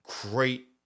Great